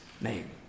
name